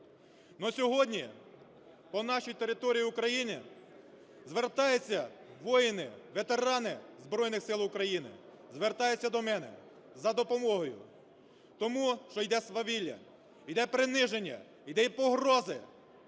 сьогодні по нашій території України звертаються воїни-ветерани Збройних Сил України, звертаються до мене за допомогою, тому що йде свавілля, іде приниження, ідуть погрози